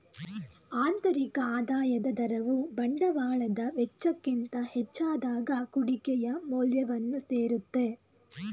ಆಂತರಿಕ ಆದಾಯದ ದರವು ಬಂಡವಾಳದ ವೆಚ್ಚಕ್ಕಿಂತ ಹೆಚ್ಚಾದಾಗ ಕುಡಿಕೆಯ ಮೌಲ್ಯವನ್ನು ಸೇರುತ್ತೆ